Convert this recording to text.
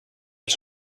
els